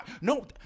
no